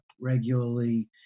regularly